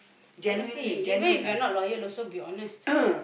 honesty even if you're not loyal also be honest